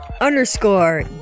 Underscore